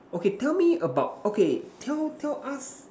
okay tell me about okay tell tell us